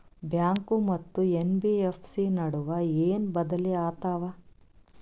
Bank ಮತ್ತ NBFC ನಡುವ ಏನ ಬದಲಿ ಆತವ?